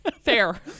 Fair